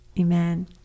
Amen